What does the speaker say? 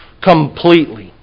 completely